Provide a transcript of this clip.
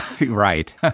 Right